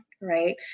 right